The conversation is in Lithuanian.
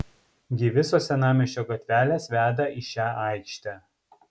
gi visos senamiesčio gatvelės veda į šią aikštę